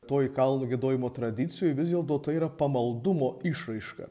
toj kalnų giedojimo tradicijoj vis dėlto tai yra pamaldumo išraiška